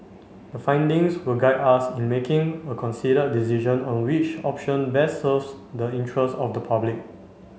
the findings will guide us in making a considered decision on which option best serves the interests of the public